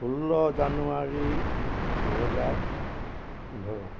ষোল্ল জানুৱাৰী দুহেজাৰ পোন্ধৰ